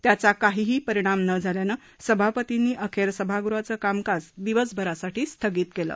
त्यांचा काहीही परिणाम न झाल्यानं सभापतींनी अखेर सभागृहाचे कामकाज दिवसभरासाठी स्थगित केलं